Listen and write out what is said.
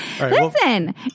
Listen